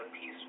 Peace